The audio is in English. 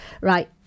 right